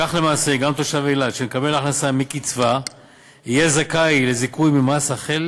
כך למעשה גם תושב אילת שמקבל הכנסה מקצבה יהיה זכאי לזיכוי ממס החל